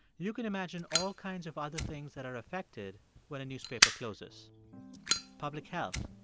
you can imagine all kinds of other things that are affected when a newspaper closes public health,